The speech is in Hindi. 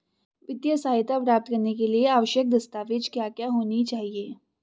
वित्तीय सहायता प्राप्त करने के लिए आवश्यक दस्तावेज क्या क्या होनी चाहिए?